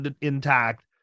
intact